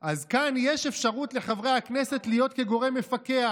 כאן יש אפשרות לחברי הכנסת להיות גורם מפקח.